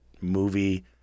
movie